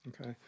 Okay